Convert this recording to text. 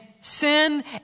sin